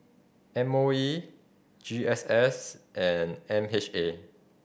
M O E G S S and M H A